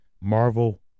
Marvel